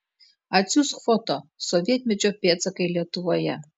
atsiųsk foto sovietmečio pėdsakai lietuvoje